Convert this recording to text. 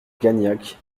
gagnac